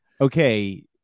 okay